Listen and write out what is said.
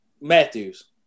Matthews